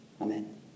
Amen